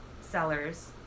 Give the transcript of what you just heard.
sellers